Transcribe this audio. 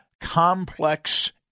complex